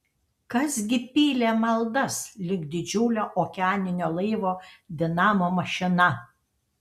kas gi pylė maldas lyg didžiulio okeaninio laivo dinamo mašina